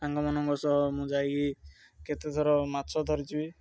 ସାଙ୍ଗମାନଙ୍କ ସହ ମୁଁ ଯାଇକି କେତେଥର ମାଛ ଧରିଛି ବି